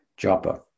Japa